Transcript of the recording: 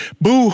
Boo